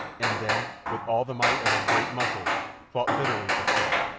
and then, with all the might of his great muscles, fought bitterly for freedom.